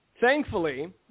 Thankfully